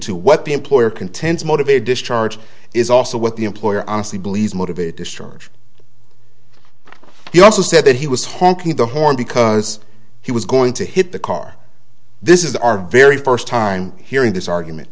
two what the employer contends motivated discharge is also what the employer honestly believes motivated to charge he also said that he was honking the horn because he was going to hit the car this is our very first time hearing this argument